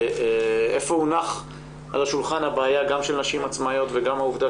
איפה הונחה על השולחן הבעיה גם של נשים עצמאיות וגם העובדה